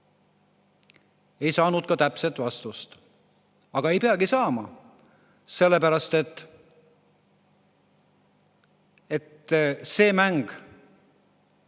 Ei saanud täpset vastust, aga ei peagi saama, sellepärast et selles mängus,